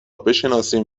بشناسیم